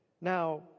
now